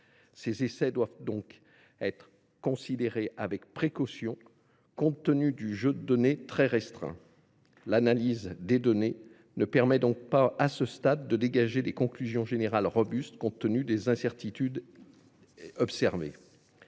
ces essais « doivent être considérés avec précaution compte tenu du jeu de données très restreint ». Aussi, « l’analyse des données ne permet pas, à ce stade, de dégager des conclusions générales robustes compte tenu des incertitudes observées